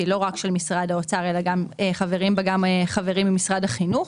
היא לא רק משרד האוצר אלא חברים בה גם חברים ממשרד החינוך,